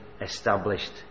established